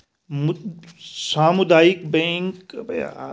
सामुदायिक बैंक अपनी सेवा में एक गैर पारंपरिक पद्धति का पालन करते हैं